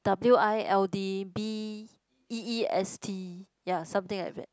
w_i_l_d_b_e_e_s_t ya something like that